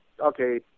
Okay